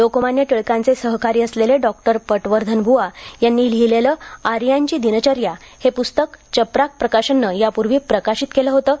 लोकमान्य टिळकांचे सहकारी असलेले डॉक्टर पटवर्धनब्वा यांनी लिहीलेलं आर्यांची दिनचर्या हे पुस्तक चपराक प्रकाशननं यापूर्वी प्रकाशित केलं होतं